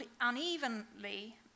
unevenly